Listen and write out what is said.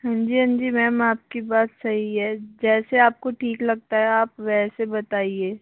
हाँ जी हाँ जी मैम आपकी बात सही है जैसे आपको ठीक लगता है आप वैसे बताइए